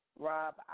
Rob